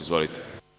Izvolite.